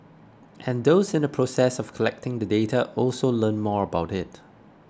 and those in the process of collecting the data also learn more about it